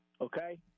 okay